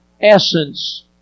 essence